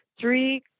three